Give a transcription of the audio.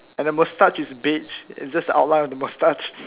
and the mustache is beige it's just the outline of the mustache